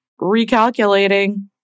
recalculating